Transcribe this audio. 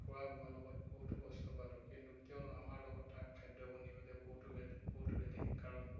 খোৱা বোৱাৰ লগত বহুতো কষ্ট পালোঁ কিন্তু কিয়নো আমাৰ লগত তাৰ খাদ্যবোৰ নিমিলে বহুতো বেলেগ বহুতো বেলেগ কাৰণ